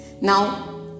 Now